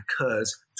occurs